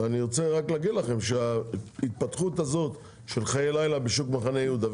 אני רק רוצה להגיד לכם שההתפתחות הזאת של חיי לילה בשוק מחנה יהודה,